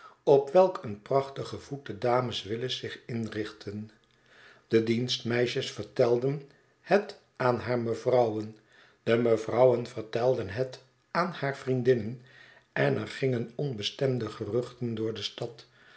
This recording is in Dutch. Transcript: op welk een prachtigen voet de dames willis zich inrichtten de dienstmeisjes vertelden het aan haar mevrouwen de mevrouwen vertelden het aan haar vriendinnen en er gingen onbestemde geruchten door de stad